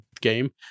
game